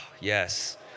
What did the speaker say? yes